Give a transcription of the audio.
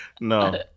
No